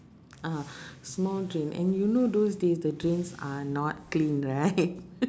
ah small drain and you know those days the drains are not clean right